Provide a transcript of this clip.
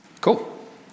Cool